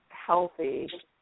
healthy